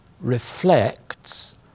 reflects